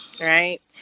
right